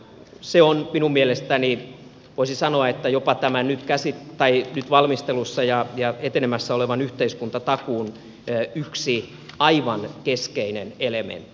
se on minun mielestäni voisi sanoa jopa tämän nyt valmistelussa ja etenemässä olevan yhteiskuntatakuun yksi aivan keskeinen elementti